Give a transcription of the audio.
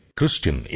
Christian